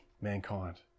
mankind